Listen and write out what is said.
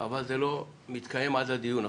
אבל זה לא מתקיים עד הדיון החוזר,